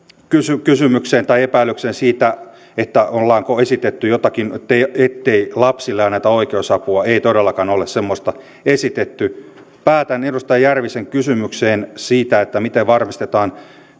kysymykseen tai epäilykseen siitä ollaanko esitetty jotakin ettei ettei lapsille anneta oikeusapua ei todellakaan ole semmoista esitetty päätän edustaja järvisen kysymykseen siitä miten varmistetaan